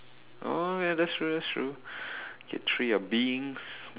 oh ya that's true that's true get through your beings